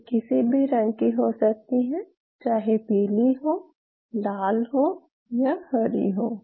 ये किसी भी रंग की हो सकती हैं चाहे पीली हों लाल हों या हरी हों